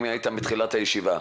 אם היית מתחילת הישיבה,